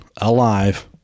alive